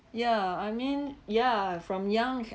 yeah I mean yeah from young